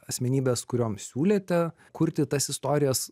asmenybes kuriom siūlėte kurti tas istorijas